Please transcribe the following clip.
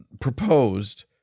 proposed